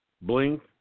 blink